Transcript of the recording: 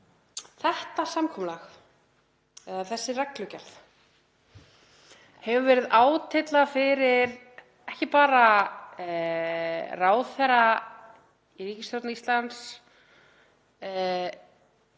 Þetta samkomulag eða þessi reglugerð hefur verið átylla fyrir ekki bara ráðherra í ríkisstjórn Íslands